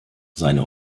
seine